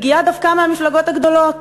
מגיעה דווקא מהמפלגות הגדולות.